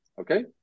Okay